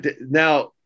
now